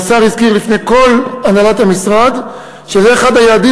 והשר הזכיר לפני כל הנהלת המשרד שזה אחד היעדים